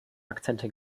akzente